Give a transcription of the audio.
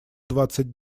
двадцать